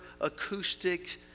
acoustic